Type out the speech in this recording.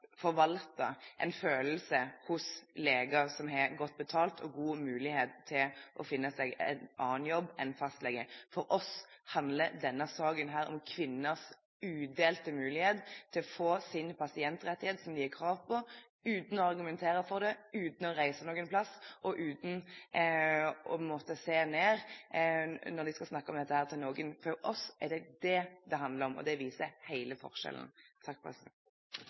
god mulighet til å finne seg en annen jobb enn fastlege. For oss handler denne saken om kvinners udelte muligheter til å få sine pasientrettigheter som de har krav på, uten å argumentere for det, uten å reise noe sted, og uten å måtte se ned når de skal snakke om dette til noen. For oss handler dette om det, og det viser hele forskjellen. Det har vært en del innlegg om den ordningen som regjeringen har sendt på høring, og